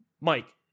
mike